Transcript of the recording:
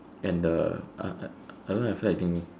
and the I I don't have feel like eating